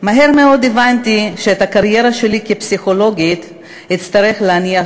מאוד הבנתי שאת הקריירה שלי כפסיכולוגית אצטרך להניח